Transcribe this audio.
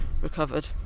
recovered